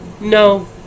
no